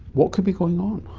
what could be going on?